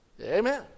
Amen